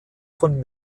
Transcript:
von